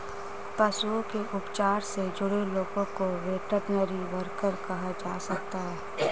पशुओं के उपचार से जुड़े लोगों को वेटरनरी वर्कर कहा जा सकता है